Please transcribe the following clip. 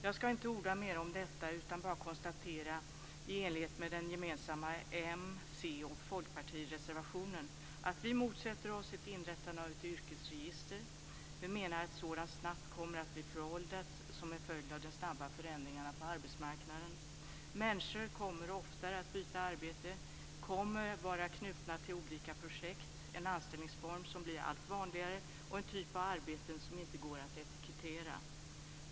Jag ska inte orda mer om detta utan bara konstatera att vi, i enlighet med den gemensamma reservationen från m, c och fp, motsätter oss ett inrättande av ett yrkesregister. Vi menar att ett sådant snabbt kommer att bli föråldrat som en följd av de snabba förändringarna på arbetsmarknaden. Människor kommer att byta arbete oftare. De kommer att vara knutna till olika projekt. Det är en anställningsform som blir allt vanligare och en typ av arbete som inte går att etikettera.